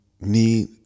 need